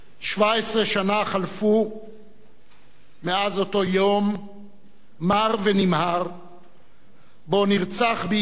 17 שנה חלפו מאז אותו יום מר ונמהר שבו נרצח ביריות